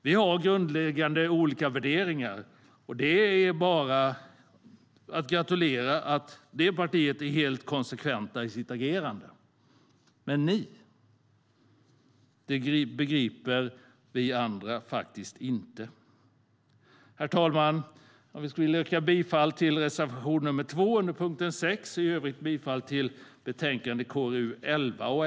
Vi har grundläggande olika värderingar, och det är bara att gratulera det partiet till att vara helt konsekventa i sitt agerande. Men ni? Det begriper vi faktiskt inte. Herr talman! Jag vill yrka bifall till reservation 2 under punkt 6 och i övrigt bifall till utskottets förslag i betänkandet KrU11.